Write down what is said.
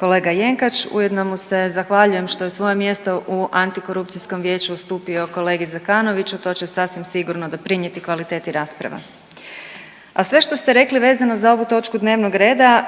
kolega Jenkač, ujedno mu se zahvaljujem što je svoje mjesto u antikorupcijskom vijeću ustupio kolegi Zekanoviću to će sasvim sigurno doprinijeti kvaliteti rasprava. A sve što ste rekli vezano za ovu točku dnevnog reda